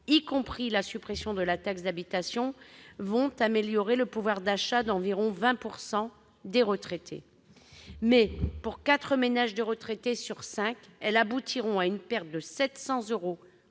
y compris la suppression de la taxe d'habitation, vont améliorer le pouvoir d'achat d'environ 20 % des retraités. Mais pour quatre ménages de retraités sur cinq, elles aboutiront à une perte de 700 euros